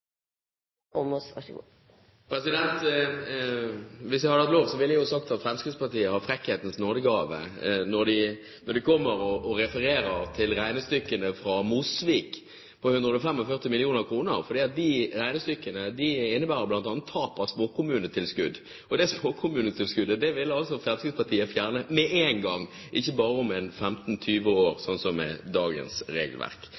Hvis jeg hadde hatt lov, ville jeg sagt at Fremskrittspartiet har frekkhetens nådegave når de kommer og refererer til regnestykkene fra Mosvik på 145 mill. kr. De regnestykkene innebærer bl.a. tap av småkommunetilskudd. Det småkommunetilskuddet vil Fremskrittspartiet bare fjerne med en gang, ikke om 15–20 år, sånn som med dagens regelverk.